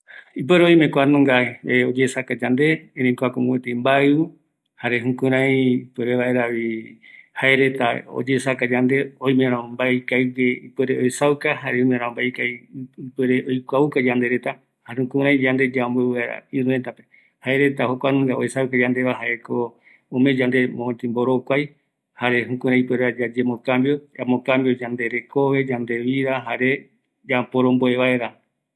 Kua nunga oyeesaka yandeve yave, jaeko yaikuata maerako yaesava, oïme ramo ñanoi jokua mbaepuere jare yande yaikuauka vaera, kuako mpetï mbaɨu ikavigueva